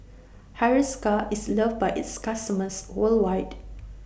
Hiruscar IS loved By its customers worldwide